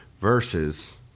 versus